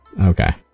Okay